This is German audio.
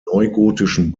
neugotischen